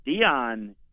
Dion